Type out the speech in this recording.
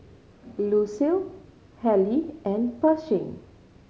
Lucille Hali and Pershing